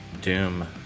Doom